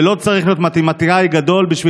ולא צריך להיות מתמטיקאי גדול בשביל